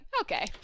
okay